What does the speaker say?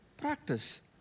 practice